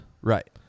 Right